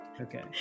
Okay